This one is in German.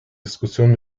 diskussionen